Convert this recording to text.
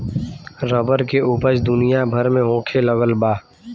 rubber के ऊपज दुनिया भर में होखे लगल बा